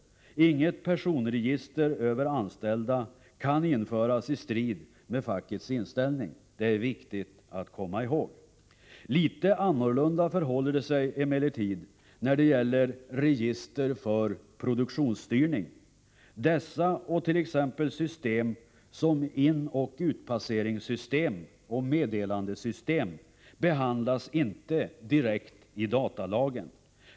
Inget personregister över anställda kan införas i strid med fackets inställning, det är viktigt att komma ihåg. Litet annorlunda förhåller det sig emellertid när det gäller register för produktionsstyrning. Dessa system och t.ex. inoch utpasseringssystem och meddelandesystem behandlas inte direkt i datalagen.